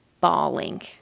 bawling